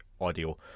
audio